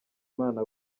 imana